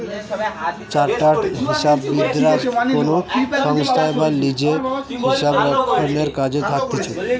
chartered হিসাববিদরা কোনো সংস্থায় বা লিজে হিসাবরক্ষণের কাজে থাকতিছে